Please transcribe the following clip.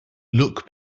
look